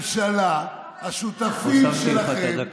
בממשלה השותפים שלכם, הוספתי לך את הדקה.